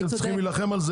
הייתם צריכים להילחם על זה